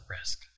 risk